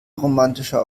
romantischer